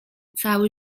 cały